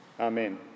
Amen